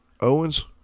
Owens